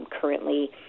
currently